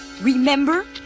remember